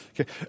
okay